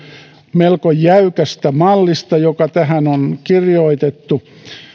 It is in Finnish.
melko jäykästä mallista joka tähän on kirjoitettu